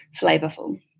flavorful